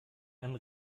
einen